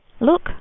look